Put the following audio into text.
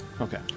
Okay